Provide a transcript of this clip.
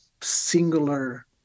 singular